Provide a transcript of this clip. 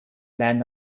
land